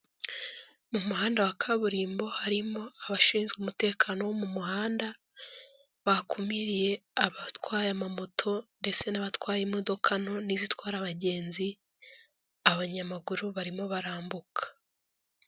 Mu muhanda wa kaburimbo harimo abashinzwe umutekano wo mu muhanda, bakumiriye abatwaye amamoto ndetse n'abatwaye imodoka nto n'izitwara abagenzi, abanyamaguru barimo barambuka.